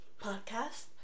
podcast